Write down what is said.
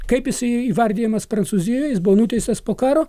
kaip jisai įvardijamas prancūzijoje jis buvo nuteistas po karo